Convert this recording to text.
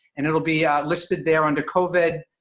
and it'll be listed there under covid,